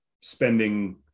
spending